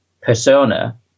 persona